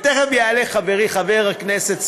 תכף יעלה חברי חבר הכנסת,